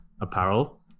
apparel